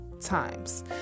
times